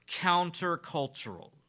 countercultural